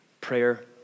prayer